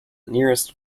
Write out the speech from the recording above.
nearest